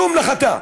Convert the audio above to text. זו מלאכתה.